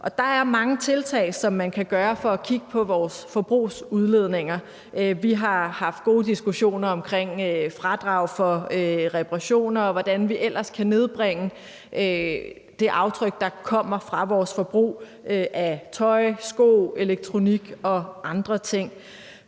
Der er mange tiltag, man kan gøre, for at kigge på vores forbrugs udledninger. Vi har haft gode diskussioner omkring fradrag for reparationer og om, hvordan vi ellers kan nedbringe det aftryk, der kommer fra vores forbrug af tøj, sko, elektronik og andre ting.